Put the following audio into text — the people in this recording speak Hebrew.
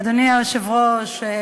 אדוני היושב-ראש,